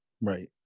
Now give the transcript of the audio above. Right